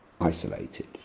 isolated